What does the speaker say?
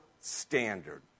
Standard